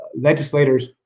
legislators